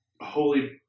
holy